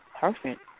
Perfect